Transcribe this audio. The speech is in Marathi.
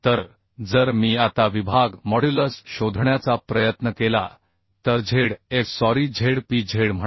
तर जर मी आता विभाग मॉड्युलस शोधण्याचा प्रयत्न केला तर z f sorry z p z म्हणा